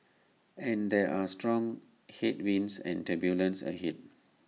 and there are strong headwinds and turbulence ahead